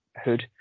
hood